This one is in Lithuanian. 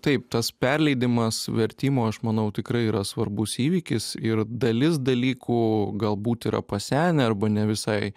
taip tas perleidimas vertimo aš manau tikrai yra svarbus įvykis ir dalis dalykų galbūt yra pasenę arba ne visai